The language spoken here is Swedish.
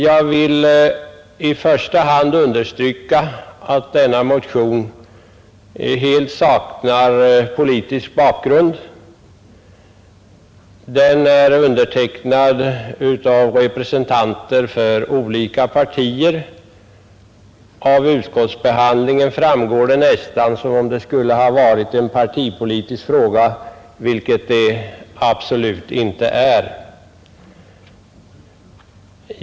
Jag vill i första hand, understryka att denna motion helt saknar politisk bakgrund. Den är undertecknad av representanter för olika partier. Av utskottsbehandlingen verkar det nästan som om det skulle ha varit en partipolitisk fråga, vilket det absolut inte är.